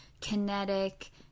kinetic